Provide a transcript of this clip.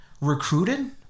Recruited